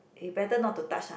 you better not to touch ah